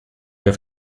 have